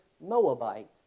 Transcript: Moabite